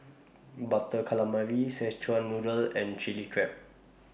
Butter Calamari Szechuan Noodle and Chilli Crab